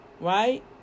Right